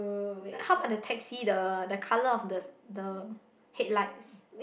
how about the taxi the the color of the the headlight